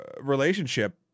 relationship